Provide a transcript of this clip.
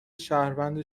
شهروند